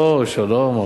אוה, שלום.